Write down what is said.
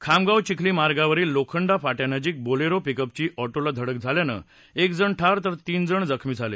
खामगाव चिखली मार्गावरील लोखंडा फाट्यानजीक बोलेरो पिकपची ऑटोला धडक झाल्यानं एक जण ठार तर तीन जण जखमी झाले